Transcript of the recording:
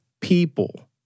people